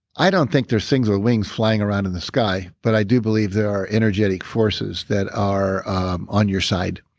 i don't think there's things with wings flying around in the sky, but i do believe there are energetic forces that are on your side.